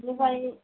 बेवहाय